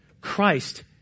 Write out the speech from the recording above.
Christ